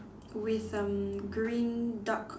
with um green duck